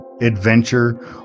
adventure